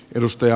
kannatan